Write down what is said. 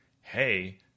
hey